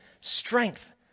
strength